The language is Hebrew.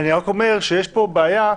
אני רק אומר שיש פה בעיה.